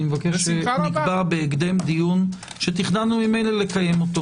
אני מבקש שנקבע בהקדם דיון שתכננו ממילא לקיים אותו